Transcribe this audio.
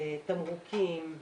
תמרוקים,